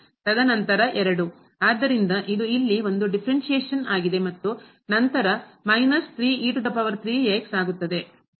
ತದನಂತರ 2 ಆದ್ದರಿಂದ ಇದು ಅಲ್ಲಿ ಒಂದು ಡಿಫರೆನ್ಸ್ಶೇಷನ್ ಆಗಿದೆ ಮತ್ತು ನಂತರ ಆಗುತ್ತದೆ